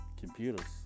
computers